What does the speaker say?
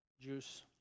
juice